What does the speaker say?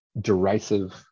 derisive